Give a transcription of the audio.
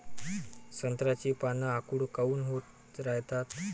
संत्र्याची पान आखूड काऊन होत रायतात?